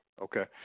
Okay